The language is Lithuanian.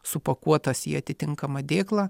supakuotas į atitinkamą dėklą